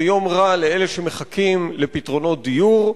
זה יום רע לאלה שמחכים לפתרונות דיור,